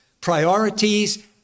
priorities